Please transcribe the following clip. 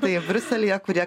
tai briuselyje kurie